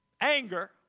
anger